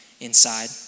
inside